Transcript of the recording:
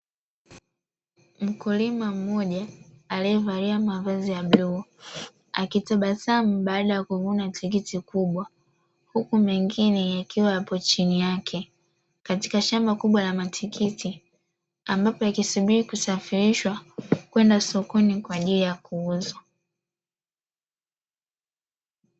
Mkulima mmoja aliyevalia mavazi ya bluu akitabasamu baada ya kuvuna tikiti kubwa, huku mengine yakiwa yapo chini yake katika shamba kubwa la matikiti, ambapo yakisubiri kusafirishwa kwenda sokoni kwa ajili ya kuuzwa.